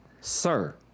Sir